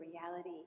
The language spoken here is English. reality